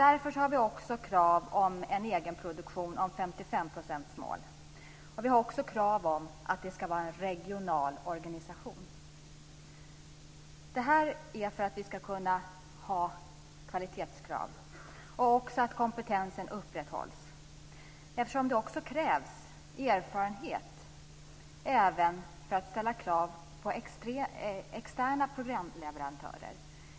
Därför har vi också krav på en egenproduktion, och målet är 55 %. Vi har också krav på att det ska vara en regional organisation. Dessa krav har vi därför att vi också ska kunna ställa krav på kvalitet och på att kompetensen upprätthålls, eftersom det krävs erfarenhet även för att ställa krav på externa programleverantörer.